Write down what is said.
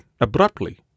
abruptly